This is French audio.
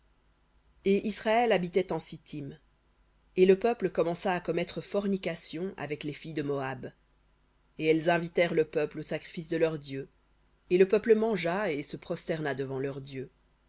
et israël habitait en sittim et le peuple commença à commettre fornication avec les filles de moab et elles invitèrent le peuple aux sacrifices de leurs dieux et le peuple mangea et se prosterna devant leurs dieux